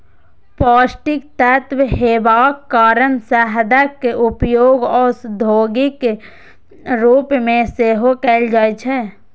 पौष्टिक तत्व हेबाक कारण शहदक उपयोग औषधिक रूप मे सेहो कैल जाइ छै